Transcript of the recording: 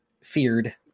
feared